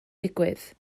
digwydd